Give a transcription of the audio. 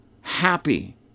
happy